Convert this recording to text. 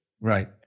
Right